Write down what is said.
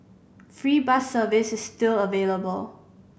free bus service is still available